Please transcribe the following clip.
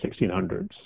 1600s